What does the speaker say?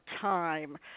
time